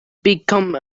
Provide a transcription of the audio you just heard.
become